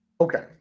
Okay